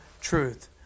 truth